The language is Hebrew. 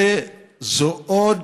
זו עוד